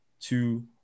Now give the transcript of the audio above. two